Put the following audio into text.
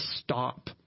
stop